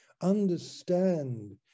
Understand